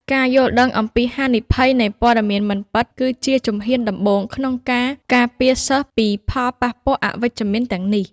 ការយល់ដឹងអំពីហានិភ័យនៃព័ត៌មានមិនពិត គឺជាជំហានដំបូងក្នុងការការពារសិស្សពីផលប៉ះពាល់អវិជ្ជមានទាំងនេះ។